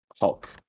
Hulk